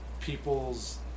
people's